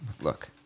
Look